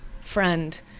friend